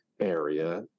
area